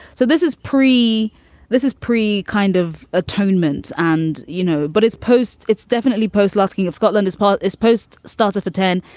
so this is pre this is pre kind of atonement. and, you know, but it's posts. it's definitely post. last king of scotland is paul is post starter for ten.